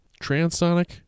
transonic